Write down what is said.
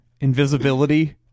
Invisibility